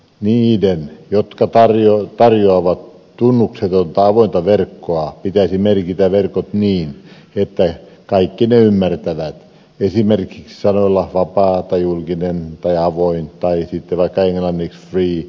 niiden jotka tarjoavat tunnuksetonta avointa verkkoa pitäisi merkitä verkot niin että kaikki ne ymmärtävät esimerkiksi sanoilla vapaa tai julkinen tai avoin tai sitten vaikka englanniksi free public tai open